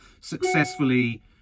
successfully